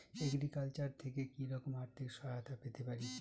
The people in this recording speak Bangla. এগ্রিকালচার থেকে কি রকম আর্থিক সহায়তা পেতে পারি?